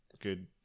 Good